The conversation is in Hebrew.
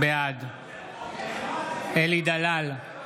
בעד אלי דלל, בעד דני דנון,